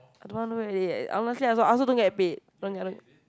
I don't want do already eh honestly I also I also don't get paid